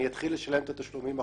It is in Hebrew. אני אתחיל לשלם את התשלומים החודשיים,